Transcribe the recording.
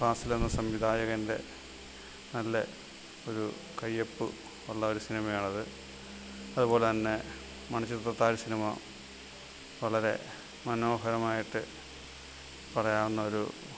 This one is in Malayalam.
ഫാസിൽ എന്ന സംവിധായകന്റെ നല്ല ഒരു കയ്യൊപ്പ് ഉള്ള ഒരു സിനിമയാണത് അതുപോലെതന്നെ മണിച്ചിത്രത്താഴ് സിനിമ വളരെ മനോഹരമായിട്ട് പറയാവുന്ന ഒരു